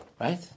Right